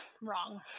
wrong